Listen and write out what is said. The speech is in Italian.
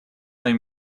nei